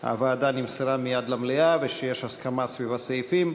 שההודעה נמסרה מייד למליאה ושיש הסכמה סביב הסעיפים.